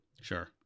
sure